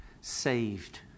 saved